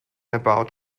about